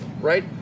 Right